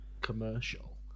commercial